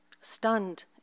Stunned